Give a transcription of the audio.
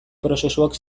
prozesuok